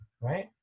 right